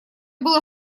было